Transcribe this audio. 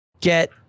get